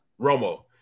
Romo